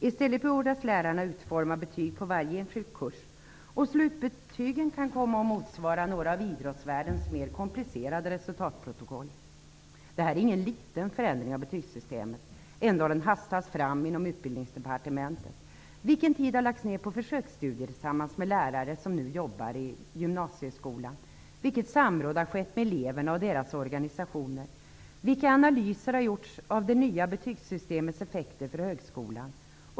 I stället berordras lärarna utforma betyg på varje enskild kurs. Slutbetygen kan komma att motsvara några av idrottsvärldens mer komplicerade resultatprotokoll. Det här är ingen liten förändring av betygssystemet. Ändå har den hastats fram inom Utbildningsdepartementet. Vilken tid har lagts ned på försöksstudier tillsammans med lärare som nu jobbar i gymnasieskolan? Vilket samråd har skett med eleverna och deras organisationer? Vilka analyser har gjorts av det nya betygssystemets effekter för högskolan?